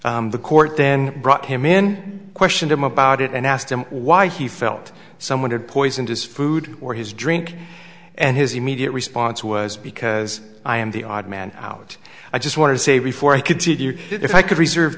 lunch the court then brought him in questioned him about it and asked him why he felt someone had poisoned his food or his drink and his immediate response was because i am the odd man out i just want to say before i could see if i could reserve